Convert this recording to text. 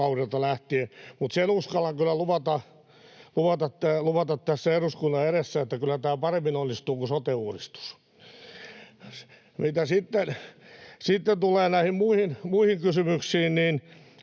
kaudelta lähtien. Mutta sen uskallan kyllä luvata tässä eduskunnan edessä, että kyllä tämä paremmin onnistuu kuin sote-uudistus. Mitä sitten tulee näihin muihin kysymyksiin, niin